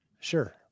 Sure